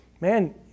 man